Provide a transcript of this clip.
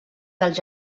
dels